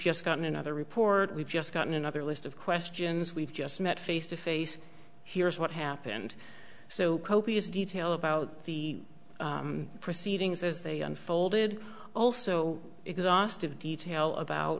just gotten another report we've just gotten another list of questions we've just met face to face here's what happened so copious detail about the proceedings as they unfolded also exhaustive detail about